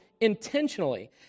intentionally